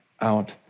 out